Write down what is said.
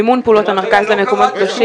מימון פעולות המרכז למקומות קדושים